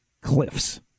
Cliffs